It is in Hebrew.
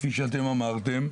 כפי שאתם אמרתם,